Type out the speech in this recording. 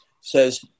says